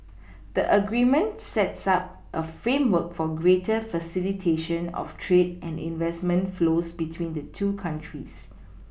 the agreement sets up a framework for greater facilitation of trade and investment flows between the two countries